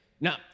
now